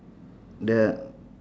the